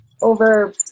over